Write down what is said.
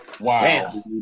Wow